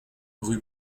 rue